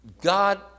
God